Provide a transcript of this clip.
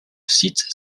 site